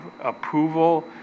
approval